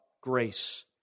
grace